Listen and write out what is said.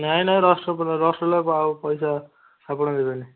ନାଇ ନାଇ ରସଗୋଲା ରସଗୋଲାକୁ ଆଉ ପଇସା ଆପଣ ଦେବେନି